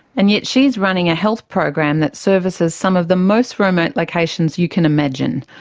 and yet she's running a health program that services some of the most remote locations you can imagine.